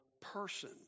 person